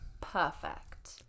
perfect